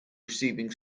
receiving